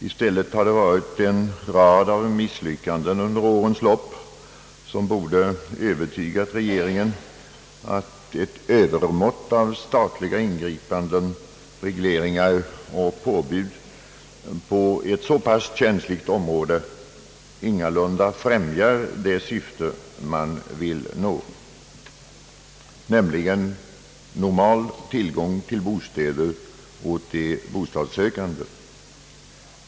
I stället har det varit en rad av misslyckanden under årens lopp, vilka borde övertygat regeringen om att ett övermått av statliga ingripanden, regleringar och påbud på ett så pass känsligt område ingalunda främjar det syfte man vill nå, nämligen normal tillgång till bostäder åt de bostadssökande.